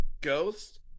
Ghost